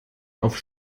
auf